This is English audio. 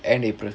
end april